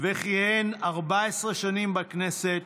וכיהן 14 שנים בכנסת,